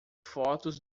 fotos